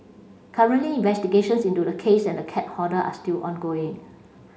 currently investigations into the case and the cat hoarder are still ongoing